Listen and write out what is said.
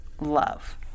love